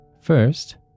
First